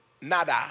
nada